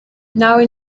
nawe